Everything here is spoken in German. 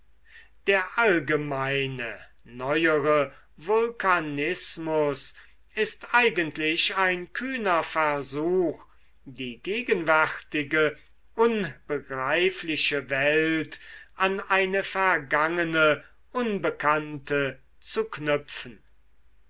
der allgemeine neuere vulkanismus ist eigentlich ein kühner versuch die gegenwärtige unbegreifliche welt an eine vergangene unbekannte zu knüpfen